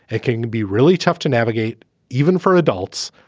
it can be really tough to navigate even for adults.